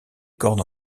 cordes